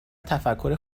تفکر